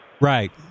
Right